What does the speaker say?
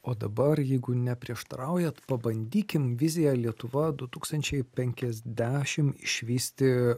o dabar jeigu neprieštaraujat pabandykim vizija lietuva du tūkstančiai penkiasdešim išvysti